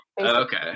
okay